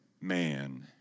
man